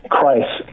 Christ